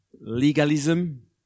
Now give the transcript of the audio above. legalism